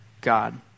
God